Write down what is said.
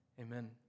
Amen